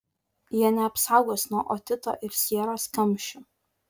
jie neapsaugos nuo otito ir sieros kamščių